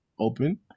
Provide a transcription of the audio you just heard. open